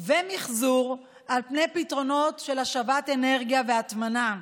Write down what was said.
ומחזור על פני פתרונות של השבת אנרגיה והטמנה.